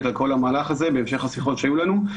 על כל המהלך הזה בהמשך השיחות שהיו לנו.